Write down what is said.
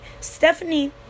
Stephanie